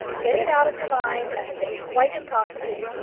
get it out of your mind as a thing quite impossible.